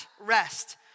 rest